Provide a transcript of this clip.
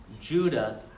Judah